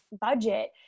budget